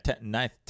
ninth